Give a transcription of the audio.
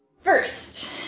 First